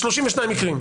32 מקרים.